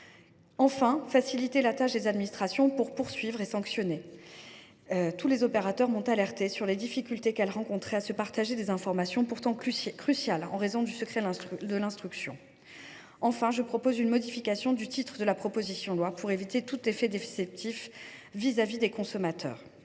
souhaite faciliter la tâche des administrations pour poursuivre et sanctionner. Toutes m’ont alertée sur les difficultés qu’elles rencontraient à se partager des informations pourtant cruciales, en raison du secret de l’instruction. Je proposerai en outre de modifier le titre de la proposition de loi pour éviter tout risque de déception des consommateurs.